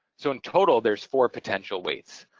so in total there's four potential weights.